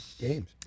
games